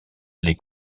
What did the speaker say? les